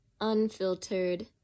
unfiltered